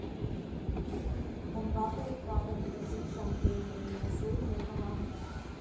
तंबाकू उत्पादन प्रशिक्षण केंद्र मैसूर में कहाँ है?